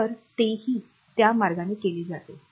तर तेही त्या मार्गाने केले जाते